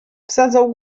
wsadzał